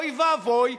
אוי ואבוי,